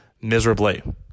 miserably